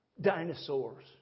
Dinosaurs